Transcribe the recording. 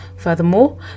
Furthermore